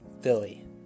philly